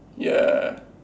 ya